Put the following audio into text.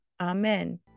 amen